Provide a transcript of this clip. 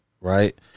right